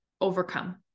overcome